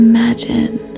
Imagine